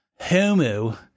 homo